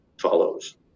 follows